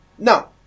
No